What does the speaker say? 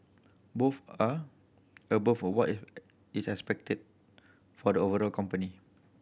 both are above what is expected for the overall company